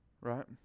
right